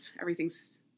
everything's